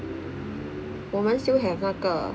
我们 still have 那个